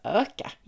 öka